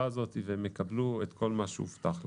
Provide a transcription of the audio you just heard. הזאת והם יקבלו את כל מה שהובטח להם.